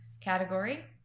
category